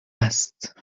است